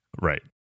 Right